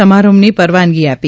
સમારંભોની પરવાનગી આપી